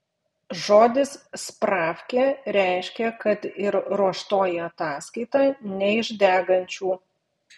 žodis spravkė reiškė kad ir ruoštoji ataskaita ne iš degančių